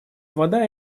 вода